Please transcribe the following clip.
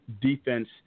defense